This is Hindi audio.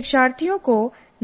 शिक्षार्थियों को